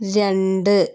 രണ്ട്